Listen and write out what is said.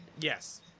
Yes